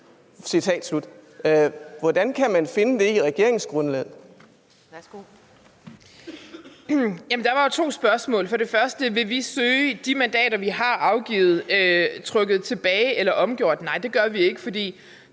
Værsgo. Kl. 15:16 Christina Egelund (LA): Der var jo to spørgsmål: For det første: Vil vi søge de mandater, vi har afgivet, trukket tilbage eller omgjort? Nej, det vil vi ikke,